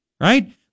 right